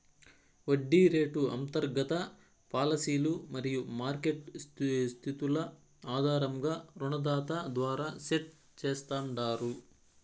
వడ్డీ రేటు అంతర్గత పాలసీలు మరియు మార్కెట్ స్థితుల ఆధారంగా రుణదాత ద్వారా సెట్ చేస్తాండారు